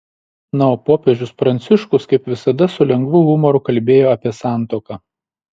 na o popiežius pranciškus kaip visada su lengvu humoru kalbėjo apie santuoką